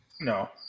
No